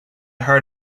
heart